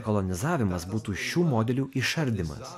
kolonizavimas būtų šių modelių išardymas